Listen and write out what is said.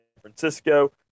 Francisco